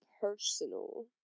personal